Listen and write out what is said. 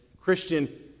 Christian